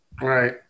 Right